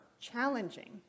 challenging